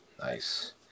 Nice